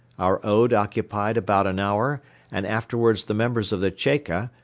our ode occupied about an hour and afterwards the members of the cheka,